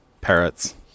parrots